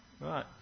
Right